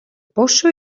πόσο